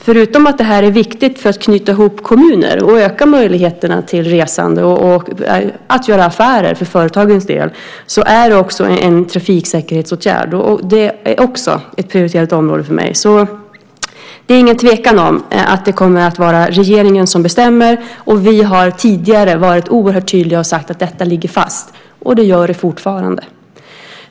Förutom att detta är viktigt för att knyta ihop kommuner och öka möjligheterna till resande, och för företagens del att göra affärer, är det alltså även en trafiksäkerhetsåtgärd. Också det är ett prioriterat område för mig. Det är alltså ingen tvekan om att det kommer att vara regeringen som bestämmer. Vi har tidigare varit oerhört tydliga och sagt att detta ligger fast, och det gör det fortfarande.